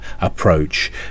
approach